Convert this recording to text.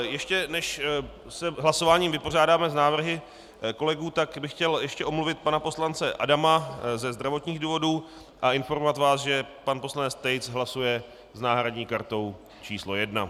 Ještě než se hlasováním vypořádáme s návrhy kolegů, tak bych chtěl ještě omluvit pana poslance Adama ze zdravotních důvodů a informovat vás, že pan poslanec Tejc hlasuje s náhradní kartou číslo 1.